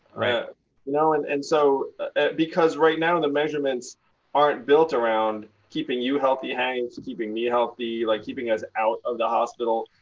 you know and and so because right now the measurements aren't built around keeping you healthy, hank, to keeping me healthy. like, keeping us out of the hospital.